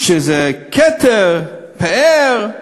שזה כתר, פאר,